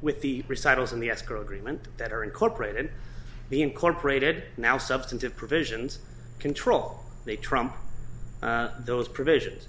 with the recitals in the escrow agreement that are incorporated be incorporated now substantive provisions control they trump those provisions